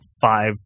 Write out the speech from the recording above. five